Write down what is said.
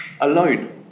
alone